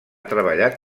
treballat